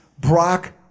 Brock